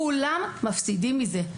כולם מפסידים מזה.